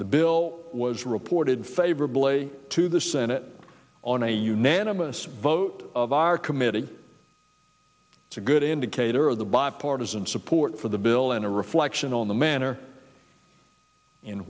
the bill was reported favorably to the senate on a unanimous vote of are committed to good indicator of the bipartisan support for the bill in a reflection on the manner in